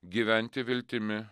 gyventi viltimi